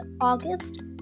August